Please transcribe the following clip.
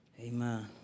Amen